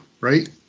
right